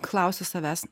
klausiu savęs